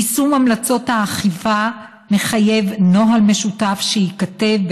יישום המלצות האכיפה מחייב נוהל שייכתבו